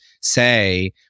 say